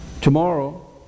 Tomorrow